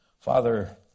Father